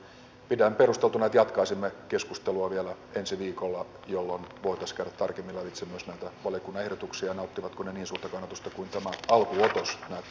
pidän perusteltuna että jatkaisimme keskustelua vielä ensi viikolla jolloin voitaisiin käydä tarkemmin lävitse myös näitä valiokunnan ehdotuksia nauttivatko ne niin suurta kannatusta kuin tämä alkuotos näyttäisi kertovan